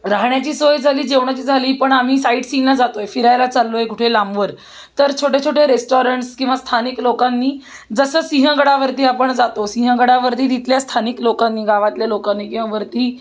राहण्याची सोय झाली जेवणाची झाली पण आम्ही साईटसीईंगना जातो आहे फिरायला चाललो आहे कुठे लांबवर तर छोटे छोटे रेस्टॉरंट्स किंवा स्थानिक लोकांनी जसं सिंहगडावरती आपण जातो सिंहगडावरती तिथल्या स्थानिक लोकांनी गावातल्या लोकांनी किंवा वरती